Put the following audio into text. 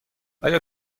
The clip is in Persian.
آیا